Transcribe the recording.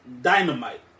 Dynamite